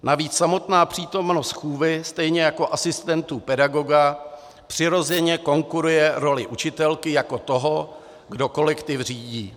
Navíc samotná přítomnost chůvy stejně jako asistentů pedagoga přirozeně konkuruje roli učitelky jako toho, kdo kolektiv řídí.